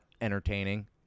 entertaining